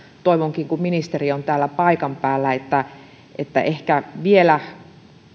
toivonkin kun ministeri on täällä paikan päällä että että ehkä vielä